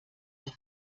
der